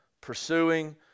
pursuing